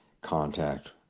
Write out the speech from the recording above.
contact